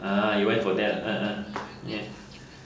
ha you went for that (uh huh) ya